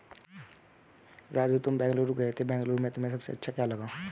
राजू तुम बेंगलुरु गए थे बेंगलुरु में तुम्हें सबसे अच्छा क्या लगा?